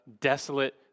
desolate